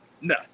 no